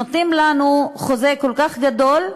נותנים לנו חוזה כל כך גדול,